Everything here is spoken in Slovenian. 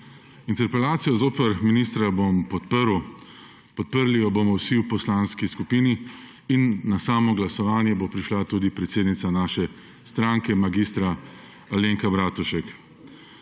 Interpelacijo zoper ministra bom podprl, podprli jo bomo vsi v poslanski skupini in na samo glasovanje bo prišla tudi predsednica naše stranke mag. Alenka Bratušek.